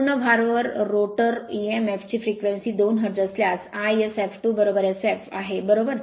पूर्ण भारवर rotor emf ची फ्रेक्वेन्सी 2 हर्ट्ज असल्यास iSf2Sf आहे बरोबर